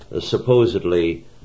supposedly